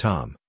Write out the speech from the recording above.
Tom